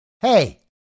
hey